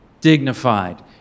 dignified